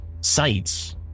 sites